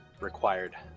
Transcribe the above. required